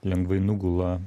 lengvai nugula